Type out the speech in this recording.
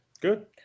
Good